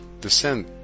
descend